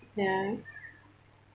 ya